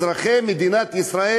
אזרחי מדינת ישראל,